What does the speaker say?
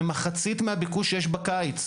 הם מחצית הביקוש שיש בקיץ.